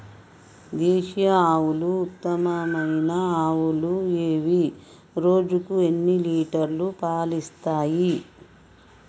దేశీయ ఆవుల ఉత్తమమైన ఆవులు ఏవి? రోజుకు ఎన్ని లీటర్ల పాలు ఇస్తాయి?